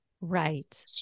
Right